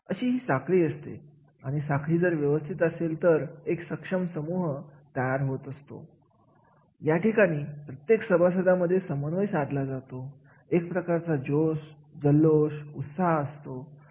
उदाहरणार्थ माहिती तंत्रज्ञान क्षेत्रामध्ये खूप तेजीचे वातावरण होतं तेव्हा निश्चितपणे या क्षेत्रामध्ये प्रत्येक कार्य उच्च पातळीवर ती मूल्यमापन केले जायचे